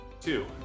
Two